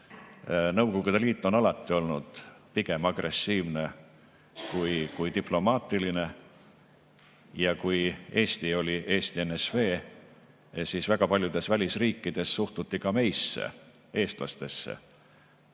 Nõukogude Liit on alati olnud pigem agressiivne kui diplomaatiline. Kui Eesti oli Eesti NSV, siis väga paljudes välisriikides suhtuti ka meisse, eestlastesse,